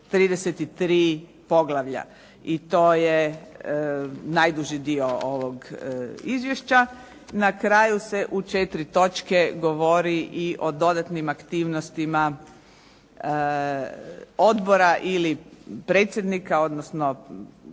33 poglavlja i to je najduži dio ovog izvješća. Na kraju se u 4 točke govori i o dodatnim aktivnostima odbora ili predsjednika odnosno vršioca